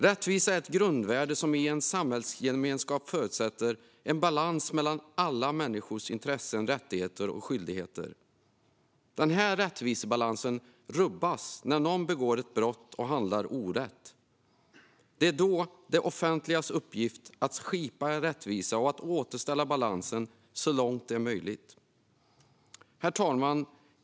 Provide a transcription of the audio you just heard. Rättvisa är ett grundvärde, som i en samhällsgemenskap förutsätter en balans mellan alla människors intressen, rättigheter och skyldigheter. Denna rättvisebalans rubbas när någon begår ett brott och handlar orätt. Det är då det offentligas uppgift att skipa rättvisa och återställa balansen så långt det är möjligt. Herr talman!